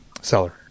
seller